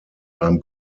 beim